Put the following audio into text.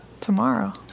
Tomorrow